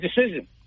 decision